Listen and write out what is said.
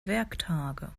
werktage